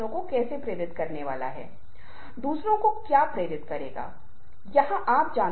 प्राकृतिक भाषा का उपयोग एक ऐसी चीज है जो संचरित होती है या जो संस्कृतियों में समान होती है